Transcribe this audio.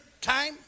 time